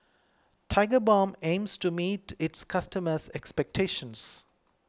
Tigerbalm aims to meet its customers' expectations